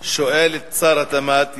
שואל את שר התמ"ת.